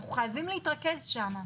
אנחנו חייבים להתרכז שם.